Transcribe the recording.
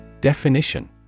Definition